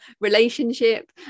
relationship